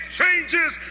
changes